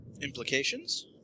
Implications